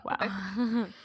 wow